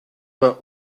vingt